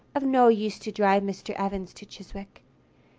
of no use to drive mr. evans to chiswick.